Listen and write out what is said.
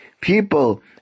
people